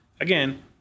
again